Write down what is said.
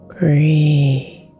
Breathe